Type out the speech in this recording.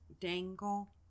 dangle